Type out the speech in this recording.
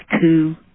two